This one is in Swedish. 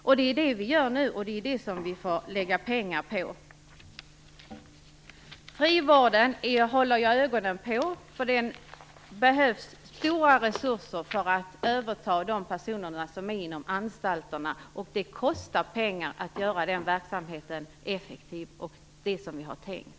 Men det är detta som sker nu och som vi får satsa pengar på. Frivården håller jag ögonen på, för det behövs stora resurser för att överta de personer som finns inom anstalterna. Det kostar pengar att göra den verksamheten effektiv och att göra det som vi har tänkt.